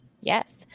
yes